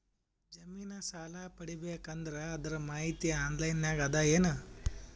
ಜಮಿನ ಸಾಲಾ ಪಡಿಬೇಕು ಅಂದ್ರ ಅದರ ಮಾಹಿತಿ ಆನ್ಲೈನ್ ನಾಗ ಅದ ಏನು?